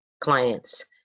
clients